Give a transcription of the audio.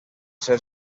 ser